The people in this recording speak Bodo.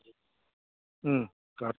अ